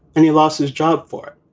and he lost his job for it.